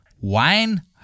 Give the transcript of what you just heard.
Wine